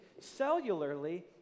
cellularly